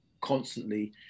constantly